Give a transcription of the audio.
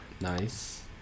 Nice